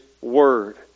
word